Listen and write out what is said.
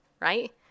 right